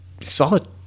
Solid